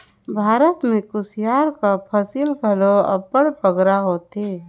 भारत में कुसियार कर फसिल घलो अब्बड़ बगरा होथे